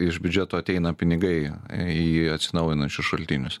iš biudžeto ateina pinigai į atsinaujinančius šaltinius